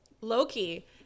Loki